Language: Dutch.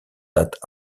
dat